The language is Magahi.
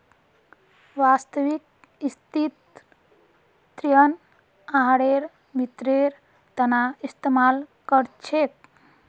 वास्तविक स्थितित ऋण आहारेर वित्तेर तना इस्तेमाल कर छेक